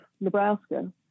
Nebraska